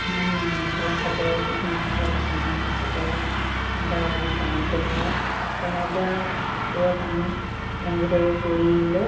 মেখেলা চাদৰ নহয় বা বিচনা চাদৰ বা গাৰু কভাৰ তেনেকুৱা কাপোৰত আমি এম্ব্ৰইডাৰী কৰিলে